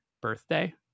birthday